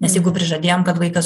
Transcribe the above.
nes jeigu prižadėjom kad vaikas